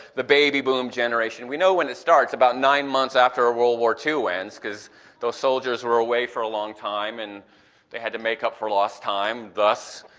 the baby boom generation, we know when it starts about nine months after world war two ends, cause those soldiers were away for a long time and they had to make up for lost time, thus,